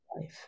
life